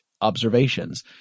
observations